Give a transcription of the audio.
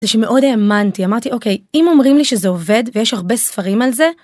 זה שמאוד האמנתי, אמרתי, אוקיי, אם אומרים לי שזה עובד ויש הרבה ספרים על זה...